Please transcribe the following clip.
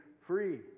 free